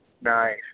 Nice